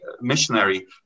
missionary